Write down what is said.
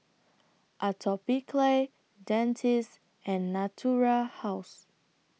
Atopiclair Dentiste and Natura House